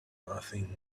nothing